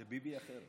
זה ביבי אחר.